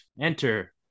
Enter